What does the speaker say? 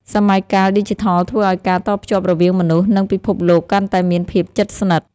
សម័យកាលឌីជីថលធ្វើឱ្យការតភ្ជាប់រវាងមនុស្ស និងពិភពលោកកាន់តែមានភាពជិតស្និទ្ធ។